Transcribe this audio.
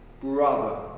brother